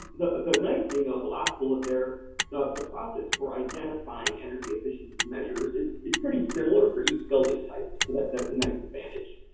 the ah but nice thing ah the last bullet there the the process for identifying energy efficiency measures is is pretty similar for each building type. so, that's a nice advantage.